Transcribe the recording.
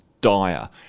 dire